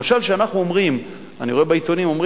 למשל כשאנחנו אומרים, אני רואה שבעיתונים כתוב: